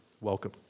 welcome